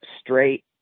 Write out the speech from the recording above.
straight